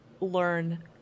learn